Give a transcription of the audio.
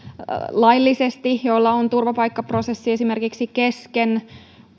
laillisesti joilla on turvapaikkaprosessi esimerkiksi kesken